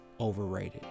Overrated